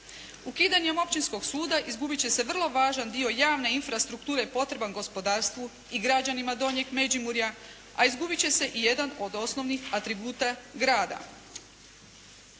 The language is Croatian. Ukidanjem općinskog suda izgubit će se vrlo važan dio javne infrastrukture potreban gospodarstvu i građanima Donjeg Međimurja, a izgubit će se i jedan od osnovnih atributa grada.